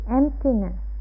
emptiness